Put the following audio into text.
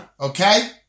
okay